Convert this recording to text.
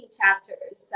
chapters